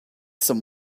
some